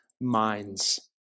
minds